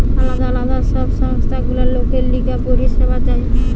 আলদা আলদা সব সংস্থা গুলা লোকের লিগে পরিষেবা দেয়